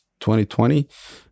2020